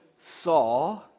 saw